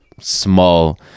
small